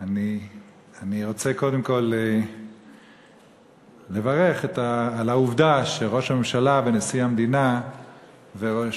אני רוצה קודם כול לברך על העובדה שראש הממשלה ונשיא המדינה ויושבת-ראש